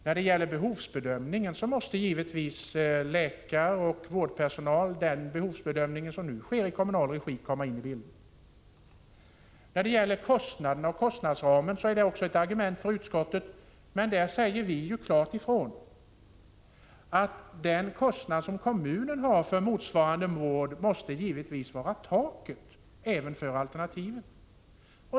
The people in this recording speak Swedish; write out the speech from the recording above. När det gäller behovsbedömning måste givetvis en bedömning utförd av läkare och vårdpersonal, dvs. den behovsbedömning som nu sker i kommunal regi, komma in i bilden. Kostnaderna och kostnadsramen är också ett argument för utskottet att avstyrka vårt förslag, men vi säger klart ifrån att den kostnad som kommunen har för motsvarande vård givetvis måste vara taket, även för alternativen.